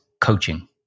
coaching